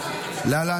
להעביר